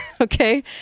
Okay